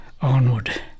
onward